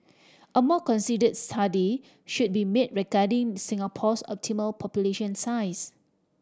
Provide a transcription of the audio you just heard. a more consider study should be made regarding Singapore's optimal population size